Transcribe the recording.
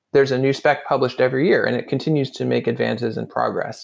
there's a new spec published every year and it continues to make advances in progress